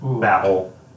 babble